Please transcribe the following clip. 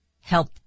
help